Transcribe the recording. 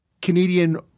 Canadian